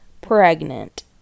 pregnant